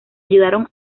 ayudaron